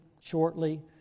shortly